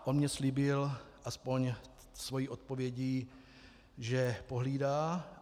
On mně slíbil, aspoň svou odpovědí, že pohlídá.